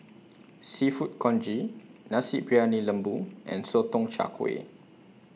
Seafood Congee Nasi Briyani Lembu and Sotong Char Kway